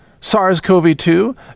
SARS-CoV-2